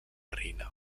reina